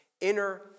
inner